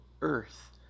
earth